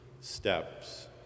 steps